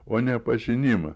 o ne pažinimą